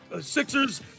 Sixers